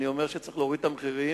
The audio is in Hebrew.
אני אומר שצריך להוריד את המחירים.